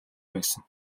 байсан